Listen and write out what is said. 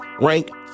rank